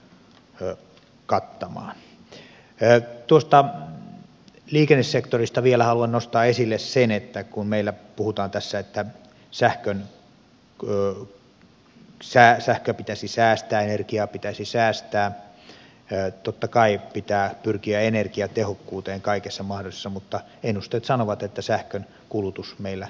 tuosta liikennesektorista vielä haluan nostaa esille sen että kun meillä puhutaan tässä että sähköä pitäisi säästää energiaa pitäisi säästää niin totta kai pitää pyrkiä energiatehokkuuteen kaikessa mahdollisessa mutta ennusteet sanovat että sähkönkulutus meillä kasvaa